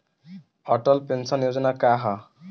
Atal pension योजना का ह?